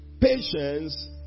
patience